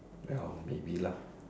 ya maybe lah